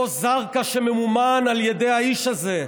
אותו זרקא, שממומן על ידי האיש הזה,